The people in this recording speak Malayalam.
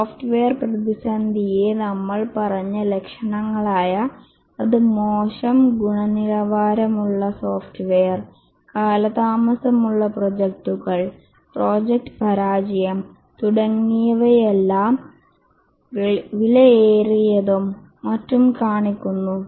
സോഫ്റ്റ്വെയർ പ്രതിസന്ധിയെ നമ്മൾ പറഞ്ഞ ലക്ഷണങ്ങളായ അത് മോശം ഗുണനിലവാരമുള്ള സോഫ്റ്റ്വെയർ കാലതാമസമുള്ള പ്രോജക്ടുകൾ പ്രോജക്റ്റ് പരാജയം തുടങ്ങിയവയെല്ലാം വിലയേറിയതും മറ്റും കാണിക്കുന്നു